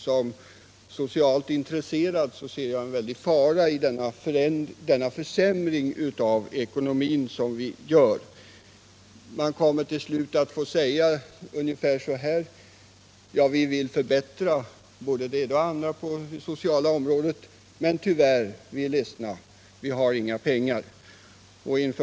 Som socialt intresserad ser jag en stor fara i en sådan försämring av ekonomin. Man kommer till slut i ett läge där man, trots ambitioner att genomföra förbättringar på olika punkter inom det sociala området, måste säga: Tyvärr har vi inga pengar för detta.